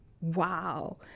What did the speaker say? wow